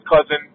cousin